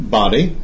body